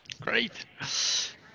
Great